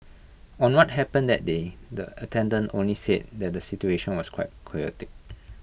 on what happened that day the attendant only said that the situation was quite chaotic